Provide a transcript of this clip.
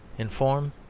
in form,